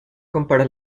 compara